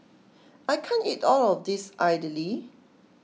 I can't eat all of this idly